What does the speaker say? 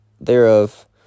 thereof